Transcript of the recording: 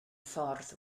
ffordd